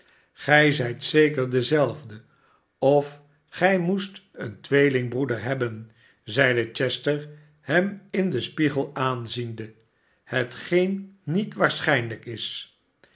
gij zijt zeker dezelfde of gij moest een tweelingbroeder hebben zeide chester hem in den spiegel aanziende ahetgeen niet waarschijnlijk is